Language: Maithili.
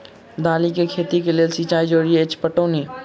दालि केँ खेती केँ लेल सिंचाई जरूरी अछि पटौनी?